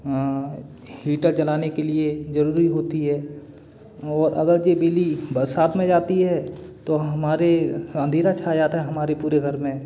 heater जलाने के लिए जरुरी होती है और अगर जे बिजली बरसात में जाती है तो हमारे अँधेरा छा जाता है हमारे पूरे घर में